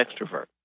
extrovert